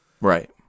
right